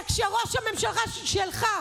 שכשראש הממשלה שלך,